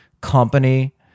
company